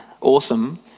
Awesome